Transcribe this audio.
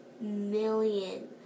million